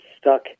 stuck